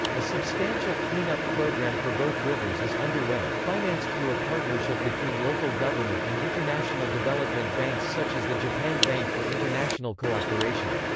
a substantial clean-up program for both rivers is underway, financed through a partnership between local government and international development banks such as the japan bank for international cooperation.